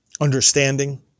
understanding